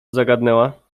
zagadnęła